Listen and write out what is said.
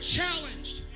challenged